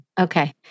Okay